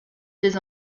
des